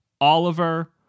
Oliver